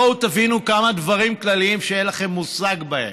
בואו תבינו כמה דברים כלליים שאין לכם מושג בהם.